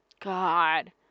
God